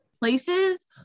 places